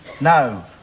no